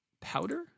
Powder